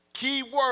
Keyword